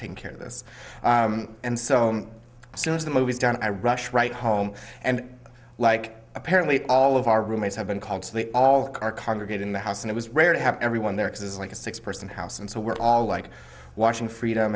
take care of this and so soon as the movie's done i rushed right home and like apparently all of our roommates have been called so they all are congregate in the house and it was rare to have everyone there is like a six person house and so we're all like watching freedom